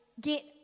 get